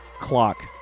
clock